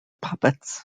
puppets